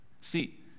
See